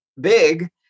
big